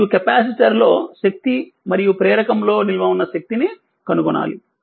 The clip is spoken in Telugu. మరియు కెపాసిటర్ లో శక్తి మరియు ప్రేరకం లో నిల్వ ఉన్న శక్తి ని కనుగొనాలి